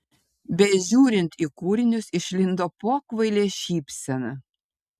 bežiūrint į kūrinius išlindo pokvailė šypsena